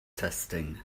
testing